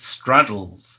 straddles